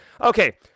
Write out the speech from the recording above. Okay